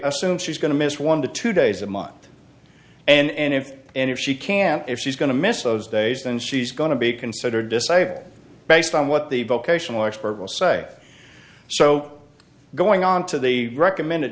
assume she's going to miss one to two days a month and if and if she can if she's going to miss those days and she's going to be considered disabled based on what the vocational expert will say so going on to the recommended